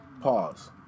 Pause